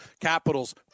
Capitals